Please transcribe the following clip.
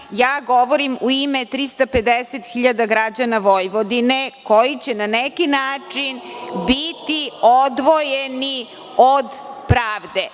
govorim u ime 350.000 građana Vojvodine, koji će na neki način biti odvojeni od pravde.